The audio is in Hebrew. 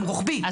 רוחבי,